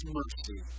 mercy